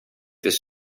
his